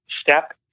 step